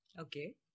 Okay